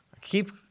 keep